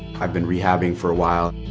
i'd been rehabbing for a while,